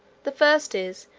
the first is,